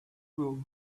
rule